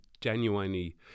genuinely